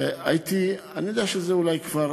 אני יודע שאולי כבר